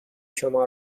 شما